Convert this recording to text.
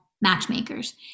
matchmakers